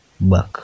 back